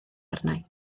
arni